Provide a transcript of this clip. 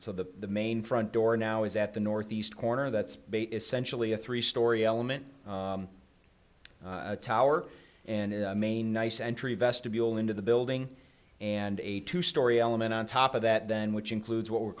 so the main front door now is at the northeast corner that's bay essentially a three story element tower and main nice entry vestibule into the building and a two story element on top of that then which includes what we're